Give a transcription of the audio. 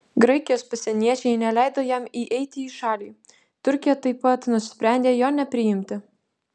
graikijos pasieniečiai neleido jam įeiti į šalį turkija taip pat nusprendė jo nepriimti